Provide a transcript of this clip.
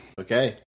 okay